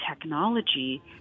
technology